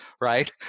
right